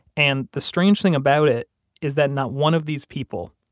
and the strange thing about it is that not one of these people,